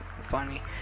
funny